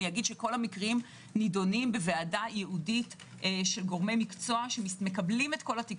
כל המקרים נדונים בוועדה ייעודית של גורמי מקצוע שמקבלים את כל התיק